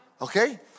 Okay